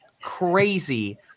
crazy